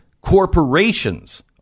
corporations